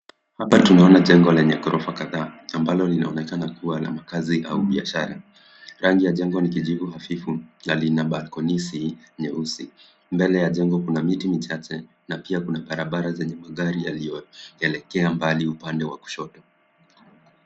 Hapa tunaona jengo lenye ghorofa kadhaa ambalo linaonekana kuwa la makazi au biashara. Rangi ya jengo ni kijivu na lina balconies nyeusi. Mbele ya jengo kuna miti michache na pia kuna barabara zenye magari yaliyoelekea mbali upande wa kushoto.